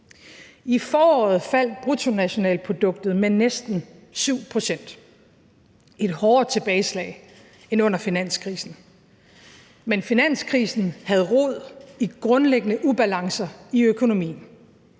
I foråret faldt bruttonationalproduktet med næsten 7 pct. – et hårdere tilbageslag end under finanskrisen. Men finanskrisen havde rod i grundlæggende ubalancer i økonomien,